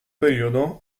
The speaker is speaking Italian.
periodo